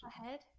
ahead